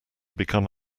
become